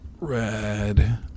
Red